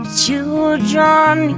children